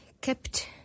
kept